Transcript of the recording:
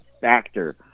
factor